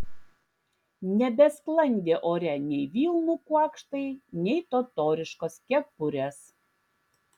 nebesklandė ore nei vilnų kuokštai nei totoriškos kepurės